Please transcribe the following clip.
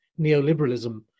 neoliberalism